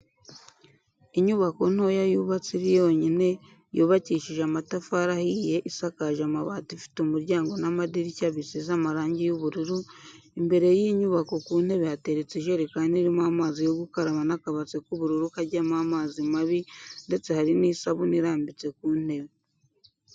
Inyubako ntoya yubatse iri yonyine, yubakishije amatafari ahiye isakaje amabati ifite umuryango n'amadirishya bisize amarangi y'ubururu, imbere y'inyubako ku ntebe hateretse ijerekani irimo amazi yo gukaraba n'akabase k'ubururu kajyamo amazi mabi ndetse hari n'isabuni irambitse ku ntebe.